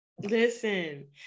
Listen